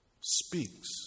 speaks